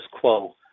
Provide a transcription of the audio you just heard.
quo